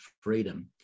freedom